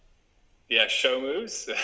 yes show moves